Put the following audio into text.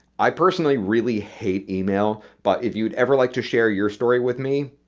i personally really hate email, but if you would ever like to share your story with me,